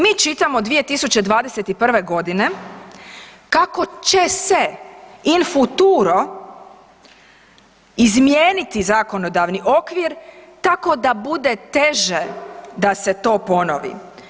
Mi čitamo 2021. godine kako će se in future izmijeniti zakonodavni okvir tako da bude teže da se to ponovi.